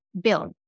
build